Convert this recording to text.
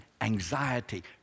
anxiety